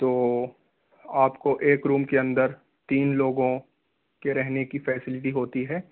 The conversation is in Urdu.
تو آپ کو ایک روم کے اندر تین لوگوں کے رہنے کی فیسیلٹی ہوتی ہے